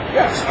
yes